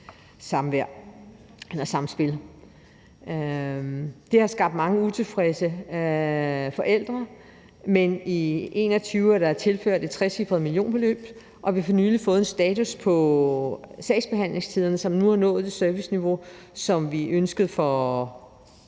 Det har skabt mange utilfredse forældre, men i 2021 er der tilført et trecifret millionbeløb, og vi har for nylig fået en status på sagsbehandlingstiderne, som nu har nået det serviceniveau, som vi ønskede for